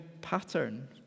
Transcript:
pattern